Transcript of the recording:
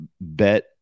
bet